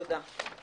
תודה.